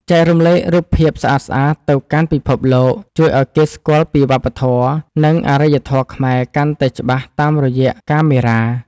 ចែករំលែករូបភាពស្អាតៗទៅកាន់ពិភពលោកជួយឱ្យគេស្គាល់ពីវប្បធម៌ និង អរិយធម៌ខ្មែរកាន់តែច្បាស់តាមរយៈកាមេរ៉ា។